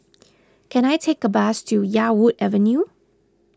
can I take a bus to Yarwood Avenue